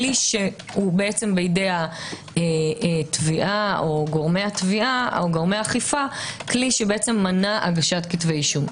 כלי שהוא בידי התביעה או גורמי האכיפה שמנע הגשת כתבי אישום.